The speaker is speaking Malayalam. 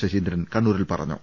ശശീന്ദ്രൻ കണ്ണൂരിൽ പറഞ്ഞു